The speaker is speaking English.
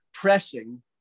pressing